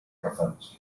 profans